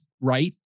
right